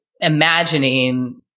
Imagining